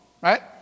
Right